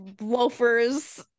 loafers